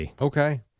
Okay